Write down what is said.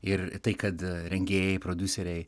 ir tai kad rengėjai prodiuseriai